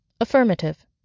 Affirmative